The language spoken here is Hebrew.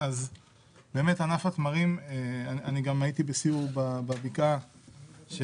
הייתי בסיור בבקעה,